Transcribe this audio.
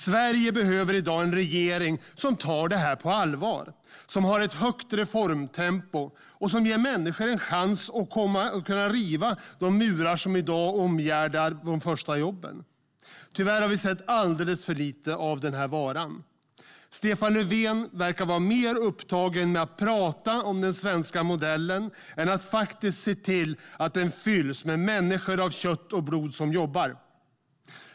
Sverige behöver en regering som tar detta på allvar, som har ett högt reformtempo och som ger människor en chans att riva de murar som i dag omgärdar de första jobben. Tyvärr har vi hittills sett alldeles för lite av den varan. Stefan Löfven verkar vara mer upptagen av att prata om den svenska modellen än att faktiskt se till att den fylls med människor av kött och blod som jobbar.